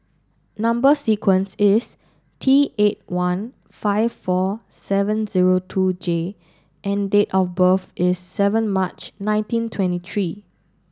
number sequence is T eight one five four seven zero two J and date of birth is seven March nineteen twenty three